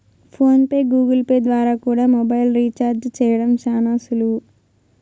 phone pay, Google Pay ద్వారా కూడా mobile recharge చేయడం శానా సులువు